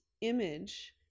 image